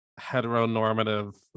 heteronormative